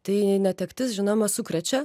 tai netektis žinoma sukrečia